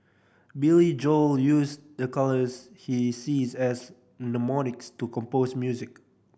Billy Joel use the colours he sees as mnemonics to compose music